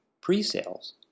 pre-sales